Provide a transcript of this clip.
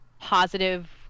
positive